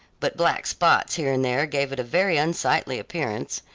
but black spots here and there gave it a very unsightly appearance,